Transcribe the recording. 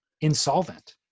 insolvent